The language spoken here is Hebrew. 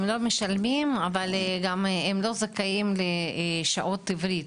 הם לא משלמים, אבל גם הם לא זכאים לשעות עברית.